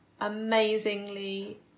amazingly